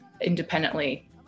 independently